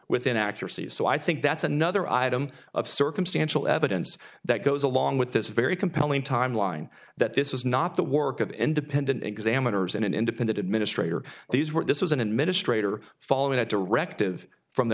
with inaccuracies so i think that's another item of circumstantial evidence that goes along with this very compelling timeline that this is not the work of independent examiners and independent administrator these were this was an administrator following a directive from the